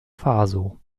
faso